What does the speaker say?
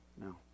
No